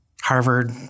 Harvard